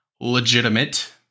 legitimate